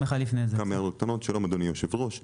שלום, אדוני היושב-ראש.